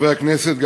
חברי חברי הכנסת,